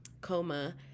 coma